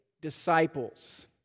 disciples